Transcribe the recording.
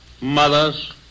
mothers